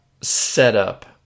setup